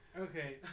Okay